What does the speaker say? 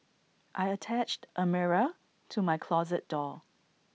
I attached A mirror to my closet door